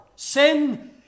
Sin